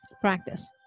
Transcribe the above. practice